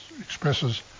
expresses